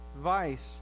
vice